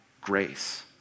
grace